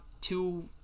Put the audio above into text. two